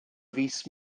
mis